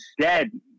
dead